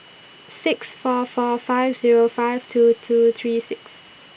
six four four five Zero five two two three six